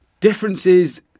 Differences